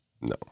No